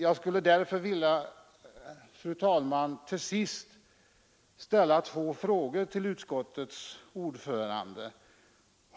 Jag skulle därför, fru talman, vilja ställa två frågor till utskottets ordförande.